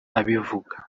abivuga